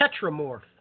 Tetramorph